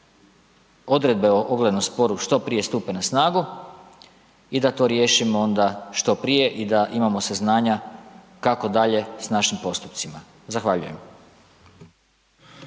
odredbe o oglednom sporu što prije stupe na snagu i da to riješimo onda što prije i da imamo saznanja kako dalje s našim postupcima, zahvaljujem.